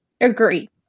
Agree